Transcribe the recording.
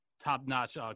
top-notch